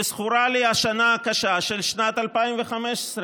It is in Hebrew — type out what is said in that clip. וזכורה לי השנה קשה, שנת 2015,